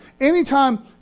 anytime